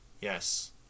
Yes